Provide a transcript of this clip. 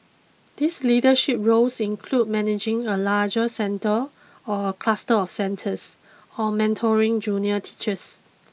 these leadership roles include managing a larger centre or a cluster of centres or mentoring junior teachers